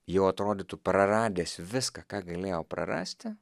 jau atrodytų praradęs viską ką galėjo prarasti